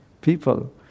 people